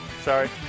Sorry